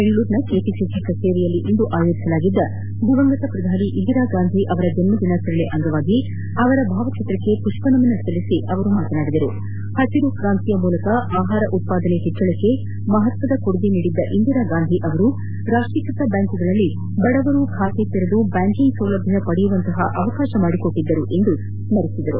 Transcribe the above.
ಬೆಂಗಳೂರಿನ ಕೆಪಿಸಿಸಿ ಕಜೇರಿಯಲ್ಲಿಂದು ಆಯೋಜಿಸಲಾಗಿದ್ದ ದಿವಂಗತ ಪ್ರಧಾನಿ ಇಂದಿರಾಗಾಂಧಿ ಅವರ ಜನ್ನ ದಿನಾಚರಣೆ ಅಂಗವಾಗಿ ಅವರ ಭಾವಚಿತ್ರಕ್ಕೆ ಮಪ್ಪ ನಮನ ಸಲ್ಲಿಸಿ ಮಾತನಾಡಿದ ಅವರು ಹಸಿರು ಕ್ರಾಂತಿ ಮೂಲಕ ಆಹಾರ ಉತ್ಪಾದನೆ ಹೆಚ್ಚಳಕ್ಕೆ ಮಹತ್ತದ ಕೊಡುಗೆ ನೀಡಿದ್ದ ಇಂದಿರಾಗಾಂಧಿ ಅವರು ರಾಷ್ಷೀಕೃತ ಬ್ಯಾಂಕ್ಗಳಲ್ಲಿ ಬಡವರು ಖಾತೆ ತೆರೆದು ಬ್ಯಾಂಕಿಂಕ್ ಸೌಲಭ್ಯ ಪಡೆಯುವಂತಹ ಅವಕಾಶ ಮಾಡಿಕೊಟ್ಟಿದ್ದರು ಎಂದು ಹೇಳಿದರು